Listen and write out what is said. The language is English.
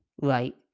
right